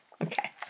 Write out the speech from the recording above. Okay